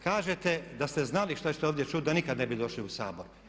Kažete, da ste znali šta ćete ovdje čuti da nikad ne bi došli u Sabor.